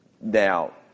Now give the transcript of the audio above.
Now